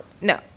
no